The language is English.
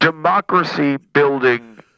Democracy-building